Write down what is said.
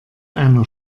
einer